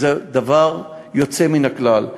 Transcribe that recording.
זה דבר יוצא מן הכלל.